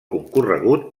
concorregut